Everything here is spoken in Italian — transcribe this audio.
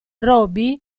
robbie